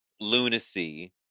lunacy